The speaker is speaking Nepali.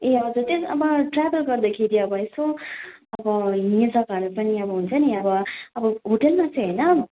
ए हजुर त्यस ट्राभल गर्दाखेरि अब यसो अब हिँड्ने जगाहरू पनि अब हुन्छ नि अब अब होटेलमा चाहिँ होइन